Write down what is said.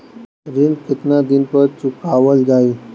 ऋण केतना दिन पर चुकवाल जाइ?